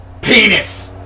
Penis